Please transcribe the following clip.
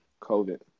COVID